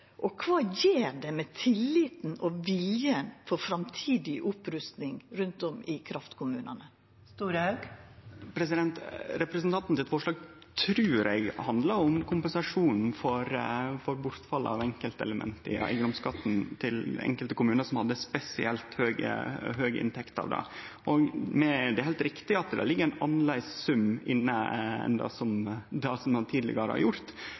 og kva gjer det med tilliten og viljen til framtidig opprusting rundt om i kraftkommunane? Representanten sitt spørsmål trur eg handlar om kompensasjonen for bortfall av enkeltelement i eigedomsskatten til enkelte kommunar som hadde spesielt høge inntekter frå det. Det er heilt riktig at det ligg ein annan sum inne enn tidlegare, men ein har òg gjort grep som gjer at dei kommunane som har